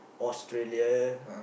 Australia